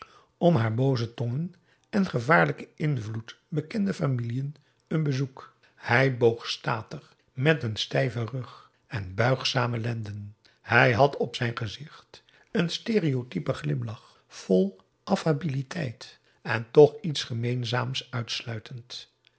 om haar booze tongen en gevaarlijken invloed bekende familiën een bezoek hij boog statig met een stijven rug en buigzame lenden hij had op zijn gezicht een stéreotypen glimlach vol affabiliteit en toch iets gemeenzaams uitsluitend